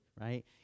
right